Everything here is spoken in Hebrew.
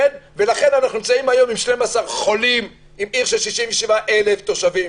ולכן אנחנו נמצאים היום עם 12 חולים בעיר של 67,000 תושבים.